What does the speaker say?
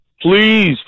Please